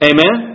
Amen